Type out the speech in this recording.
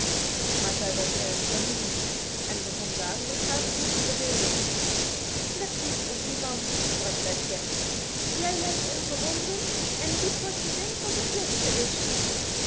maar zij was erg familieziek en begon dadelijk haar broer te verdedigen let niet op dien man sprak zij scherp jij leidt onze honden en doet wat je denkt dat het beste is